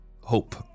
hope